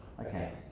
Okay